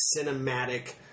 cinematic